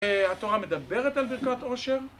התורה מדברת על ברכת עושר